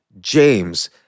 James